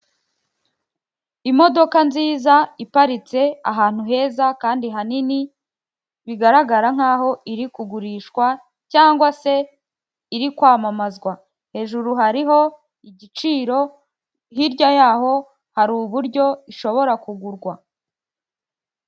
Imodoka nziza iparitse ahantu heza kandi hanini, bigaragara nk'aho iri kugurishwa cyangwa se iri kwamamazwa. Hejuru hariho igiciro, hirya yaho hari uburyo ishobora kugurwa.